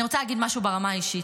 אני רוצה להגיד משהו ברמה האישית,